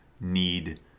need